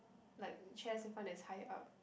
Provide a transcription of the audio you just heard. like the chairs in front that's high up